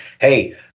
Hey